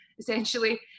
essentially